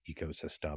ecosystem